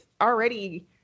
already